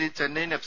C Chennaiyin F